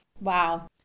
Wow